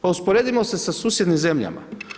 Pa usporedimo se sa susjednim zemljama.